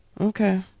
Okay